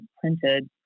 printed